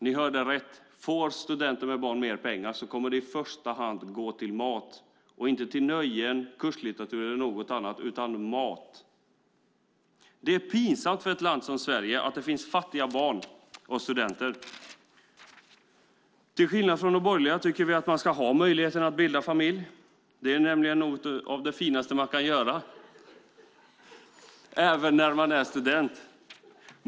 Ni hörde rätt: Om studenter med barn får mer pengar kommer de i första hand att gå till mat, inte till nöjen, kurslitteratur eller annat. Det är pinsamt för ett land som Sverige att det finns fattiga barn och studenter. Till skillnad från de borgerliga tycker vi att man ska ha möjlighet att bilda familj - något av det finaste man kan göra - även när man är student.